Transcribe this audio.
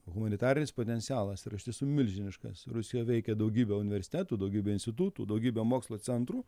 humanitarinis potencialas yra iš tiesų milžiniškas rusijo veikia daugybė universitetų daugybė institutų daugybė mokslo centrų